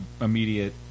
immediate